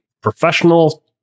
professional